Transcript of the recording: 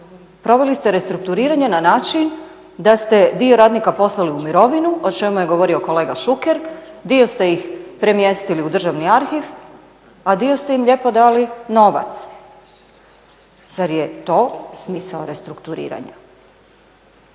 Proveli ste restrukturiranje na način da ste dio radnika poslali u mirovinu, o čemu je govorio kolega Šuker, dio ste ih premjestili u Državni arhiv, a dio ste im lijepo dali novac. Zar je to smisao restrukturiranja?